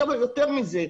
יותר מזה.